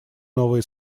новые